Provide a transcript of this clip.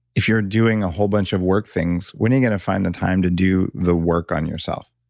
if you're doing a whole bunch of work things when are you going to find the time to do the work on yourself?